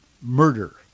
murder